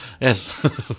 Yes